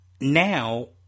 Now